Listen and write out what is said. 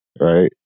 Right